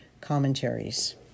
commentaries